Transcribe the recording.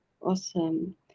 Awesome